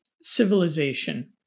civilization